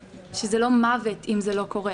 שזה לא מוות אם זה לא קורה.